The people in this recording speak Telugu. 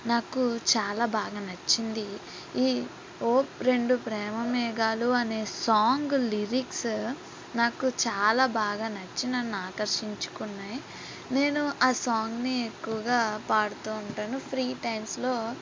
నాకు చాలా బాగా నచ్చింది ఈ ఓ రెండు ప్రేమ మేఘాలు అనే సాంగ్ లిరిక్స్ నాకు చాలా బాగా నచ్చి నేను అకర్షించుకున్నాయి నేను ఆ సాంగ్ని ఎక్కువగా పాడుతూ ఉంటాను ఫ్రీ టైమ్స్లో